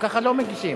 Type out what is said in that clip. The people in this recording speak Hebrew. ככה לא מגישים.